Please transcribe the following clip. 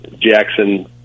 Jackson